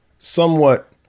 Somewhat